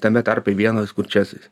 tame tarpe vienas kurčiasis